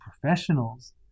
professionals